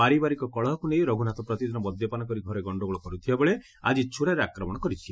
ପାରିବାରିକ କଳହକୁ ନେଇ ରଘ୍ରନାଥ ପ୍ରତିଦିନ ମଦ୍ୟପାନ କରି ଘରେ ଗଣ୍ଡଗୋଳ କର୍ଥଥବାବେଳେ ଆକି ଛରାରେ ଆକ୍ରମଣ କରିଛି